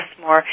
more